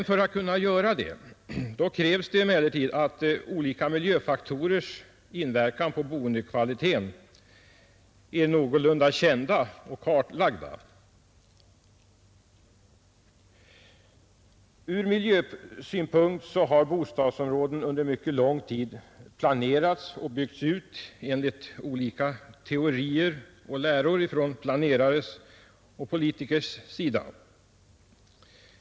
För att kunna göra det krävs emellertid att olika miljöfaktorers inverkan på boendekvaliteten är någorlunda kända och kartlagda. Ur miljösynpunkt har bostadsområden under mycket lång tid planerats och byggts ut enligt olika teorier och läror från planerares och politikers sida.